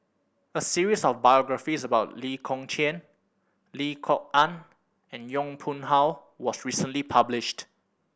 a series of biographies about Lee Kong Chian Lim Kok Ann and Yong Pung How was recently published